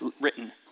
written